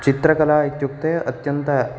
चित्रकला इत्युक्ते अत्यन्त